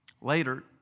Later